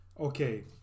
okay